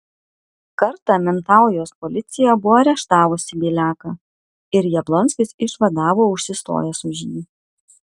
kartą mintaujos policija buvo areštavusi bieliaką ir jablonskis išvadavo užsistojęs už jį